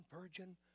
virgin